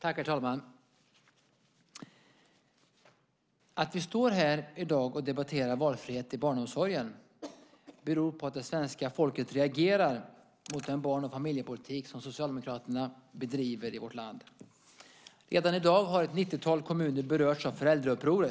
Herr talman! Att vi står här i dag och debatterar valfrihet i barnomsorgen beror på att det svenska folket reagerar mot den barn och familjepolitik som Socialdemokraterna bedriver i vårt land. Redan i dag har ett 90-tal kommuner berörts av föräldraupproret.